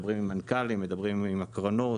מדברים עם מנכ"לים ועם קרנות.